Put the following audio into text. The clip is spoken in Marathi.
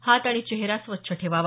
हात आणि चेहरा स्वच्छ ठेवावा